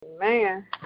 Man